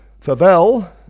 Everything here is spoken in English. favel